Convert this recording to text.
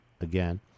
again